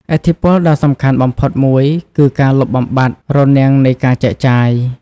ឥទ្ធិពលដ៏សំខាន់បំផុតមួយគឺ ការលុបបំបាត់រនាំងនៃការចែកចាយ។